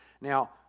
Now